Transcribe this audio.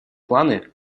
планы